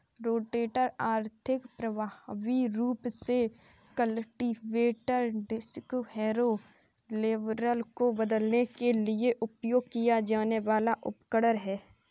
rotator आर्थिक, प्रभावी रूप से कल्टीवेटर, डिस्क हैरो, लेवलर को बदलने के लिए उपयोग किया जाने वाला उपकरण है